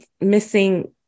missing